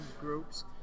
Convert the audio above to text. groups